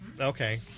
okay